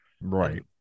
Right